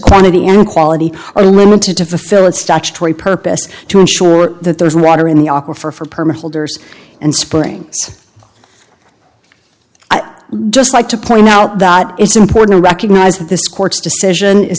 quantity and quality are limited to fill a statutory purpose to ensure that there is water in the offer for for permit holders and spring i'd just like to point out that it's important to recognize that this court's decision i